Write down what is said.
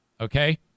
Okay